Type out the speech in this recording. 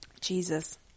jesus